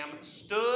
stood